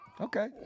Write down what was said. Okay